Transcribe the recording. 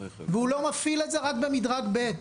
והוא לא מפעיל את זה אלא רק במדרג ב',